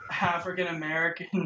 african-american